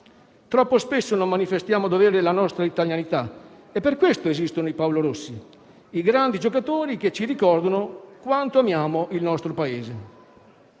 Troppo spesso non manifestiamo a dovere la nostra italianità ed è per questo che esistono i Paolo Rossi; i grandi giocatori che ci ricordano quanto amiamo il nostro Paese.